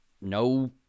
No